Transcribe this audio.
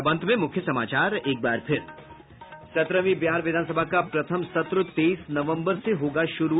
और अब अंत में मुख्य समाचार सत्रहवीं बिहार विधानसभा का प्रथम सत्र तेईस नवम्बर से होगा शुरू